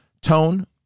tone